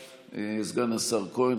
סגן השר כהן,